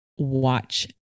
watch